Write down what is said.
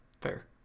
Fair